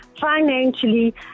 financially